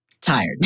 tired